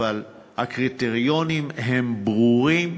אבל הקריטריונים הם ברורים,